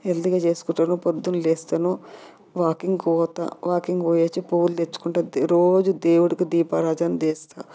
హెల్తీగా చేసుకుంటాను పొద్దున లేస్తాను వాకింగ్ పోత వాకింగ్ పోయి వచ్చి పూలు తెచ్చుకుంటా రోజు దేవుడికి దీపారాధన చేస్తా